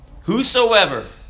Whosoever